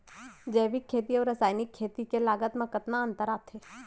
जैविक खेती अऊ रसायनिक खेती के लागत मा कतना अंतर आथे?